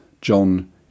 John